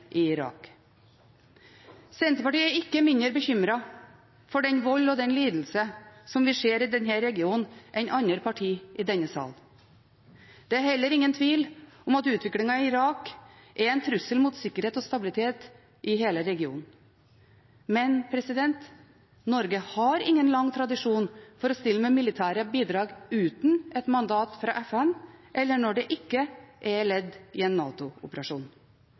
i Irak. Senterpartiet er ikke mindre bekymret for den vold og den lidelse som vi ser i denne regionen, enn andre partier i denne salen. Det er heller ingen tvil om at utviklingen i Irak er en trussel mot sikkerhet og stabilitet i hele regionen. Men Norge har ingen lang tradisjon for å stille med militære bidrag uten et mandat fra FN eller når det ikke er ledd i en